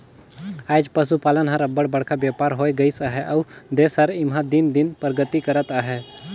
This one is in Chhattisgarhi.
आएज पसुपालन हर अब्बड़ बड़खा बयपार होए गइस अहे अउ देस हर एम्हां दिन दिन परगति करत अहे